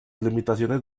limitaciones